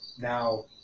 Now